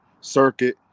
circuit